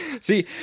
See